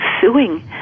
suing